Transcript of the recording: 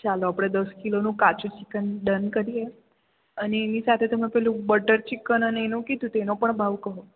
ચાલો આપણે દસ કિલોનું કાચું ચિકન ડન કરીએ અને એની સાથે તમે પેલું બટર ચિકન અને એનું કીધું તો એનો પણ ભાવ કહો